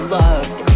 loved